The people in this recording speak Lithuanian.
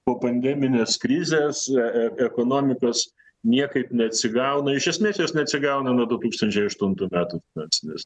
po pandeminės krizės e e ekonomikos niekaip neatsigauna iš esmės jos neatsigauna nuo du tūkstančiai aštuntų metų finansinės